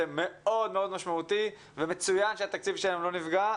זה מאוד מאוד משמעותי ומצוין שהתקציב שלהם לא נפגע,